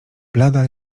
blada